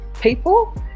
people